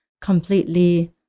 completely